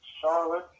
Charlotte